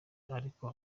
ariko